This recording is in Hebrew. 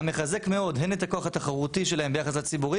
המחזק מאוד הן את הכוח התחרותי שלהם ביחס לציבורי